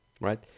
right